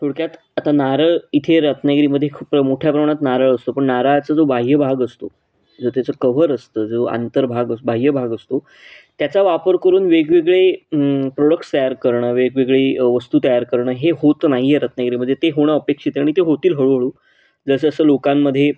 थोडक्यात आता नारळ इथे रत्नागिरीमध्ये खूप मोठ्या प्रमाणात नारळ असतो पण नारळाचा जो बाह्य भाग असतो जे त्याचं कव्हर असतं जो आंतर भाग बाह्य भाग असतो त्याचा वापर करून वेगवेगळे प्रोडक्ट्स तयार करणं वेगवेगळे वस्तू तयार करणं हे होतं नाही आहे रत्नागिरीमध्ये ते होणं अपेक्षित आणि ते होतील हळूहळू जसजसं लोकांमध्ये